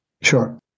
Sure